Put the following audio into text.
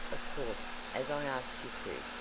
of course, as i asked you to.